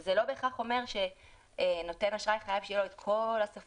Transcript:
נותן האשראי לא יכול